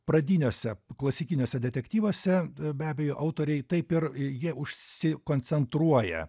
pradiniuose klasikiniuose detektyvuose be abejo autoriai taip ir jie užsikoncentruoja